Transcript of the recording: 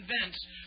convinced